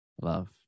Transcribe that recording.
love